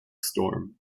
storm